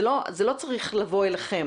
זה לא צריך לבוא אליכם.